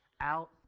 out